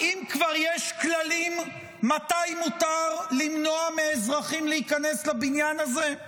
האם כבר יש כללים מתי מותר למנוע מאזרחים להיכנס לבניין הזה?